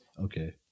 Okay